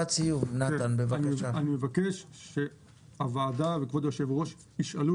אני מבקש שהוועדה וכבוד היושב ראש ישאלו